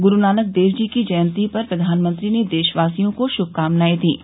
गुरुनानक देव जी की जयंती पर प्रधानमंत्री ने देशवासियों को श्मकामनाएं दी हैं